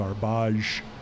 garbage